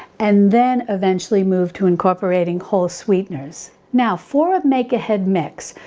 and then eventually move to incorporating whole sweeteners. now for a make ahead mix,